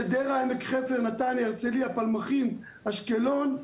חדרה, עמק חפר, נתניה, הרצליה, פלמחים, אשקלון,